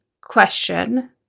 question